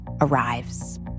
arrives